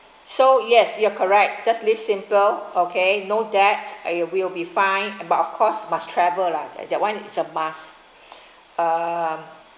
so yes you are correct just live simple okay no debt you will be fine but of course must travel lah that one is a must uh